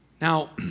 Now